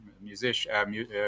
musician